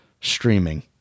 streaming